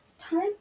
Time